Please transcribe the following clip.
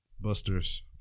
Busters